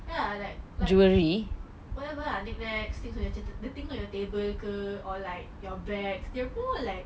ya like like whatever lah knick knacks things macam kita taruh dekat table ke or like your bags can put like